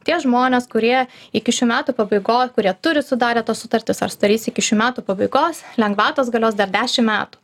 tie žmonės kurie iki šių metų pabaigos kurie turi sudarę tas sutartis ar sudarys iki šių metų pabaigos lengvatos galios dar dešimt metų